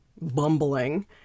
bumbling